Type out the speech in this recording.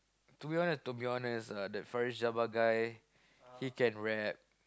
to be ah to be honest ah that Farriz-Jabba guy he can rap